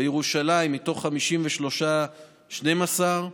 בירושלים, מתוך 53, 12,